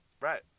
Right